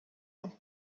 und